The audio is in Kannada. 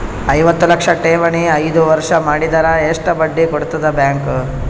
ಐವತ್ತು ಲಕ್ಷ ಠೇವಣಿ ಐದು ವರ್ಷ ಮಾಡಿದರ ಎಷ್ಟ ಬಡ್ಡಿ ಕೊಡತದ ಬ್ಯಾಂಕ್?